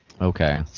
Okay